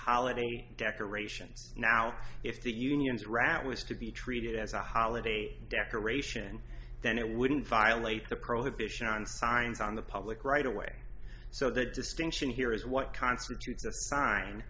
holiday decorations now if the union's route was to be treated as a holiday decoration then it wouldn't violate the prohibition on signs on the public right away so the distinction here is what constitutes